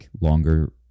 longer